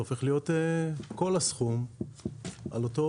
זה הופך להיות כל הסכום על אותו